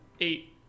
Eight